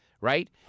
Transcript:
right